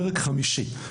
פרק חמישי.